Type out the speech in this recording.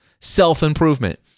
self-improvement